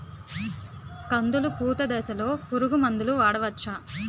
కందులు పూత దశలో పురుగు మందులు వాడవచ్చా?